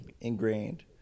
ingrained